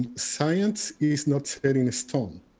science is not set in stone.